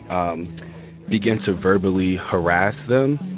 um begin to verbally harass them.